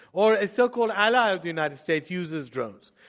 or a so-called ally of the united states uses drones?